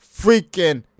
freaking